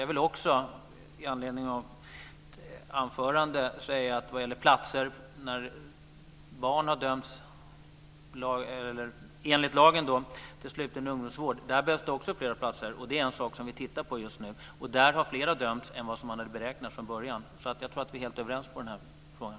Det behövs också fler platser till barn som har dömts enligt lagen om sluten ungdomsvård. Det är en sak som vi tittar på just nu. Det är fler som har dömts enligt denna än vad som hade beräknats från början. Jag tror att vi är helt överens i den här frågan.